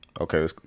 Okay